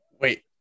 Wait